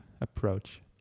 approach